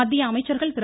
மத்திய அமைச்சர்கள் திரு